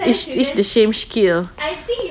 it's it's the same skill